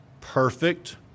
perfect